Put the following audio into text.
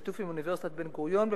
בשיתוף עם אוניברסיטת בן-גוריון.